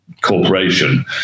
Corporation